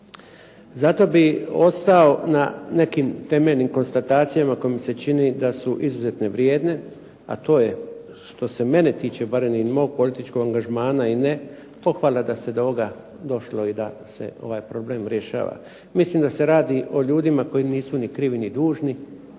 Zato bih ostao na nekim temeljnim konstatacijama koje mi se čini da su izuzetno vrijedne a to je što se mene tiče barem i mog političkog angažmana i pohvala da se do ovoga došlo i da se ovaj problem rješava. Mislim da se radi o ljudima koji nisu ni krivi ni dužni,